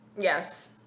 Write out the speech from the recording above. Yes